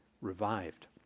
revived